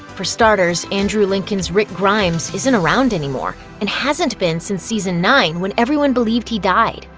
for starters, andrew lincoln's rick grimes isn't around anymore, and hasn't been since season nine, when everyone believed he died.